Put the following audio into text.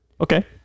Okay